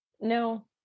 No